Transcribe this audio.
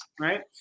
right